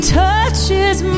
touches